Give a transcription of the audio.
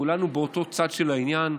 כולנו באותו צד של העניין,